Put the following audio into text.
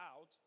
out